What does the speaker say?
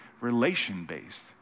relation-based